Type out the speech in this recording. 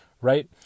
right